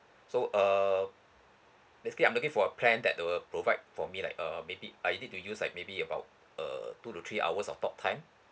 so err basically I'm looking for a plan that will provide for me like uh maybe I need to use like maybe about err two to three hours of talk time